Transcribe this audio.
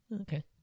Okay